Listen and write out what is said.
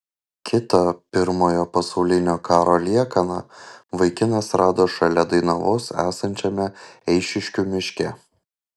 kitą pirmojo pasaulinio karo liekaną vaikinas rado šalia dainavos esančiame eišiškių miške